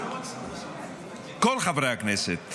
כל חברי הכנסת